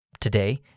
today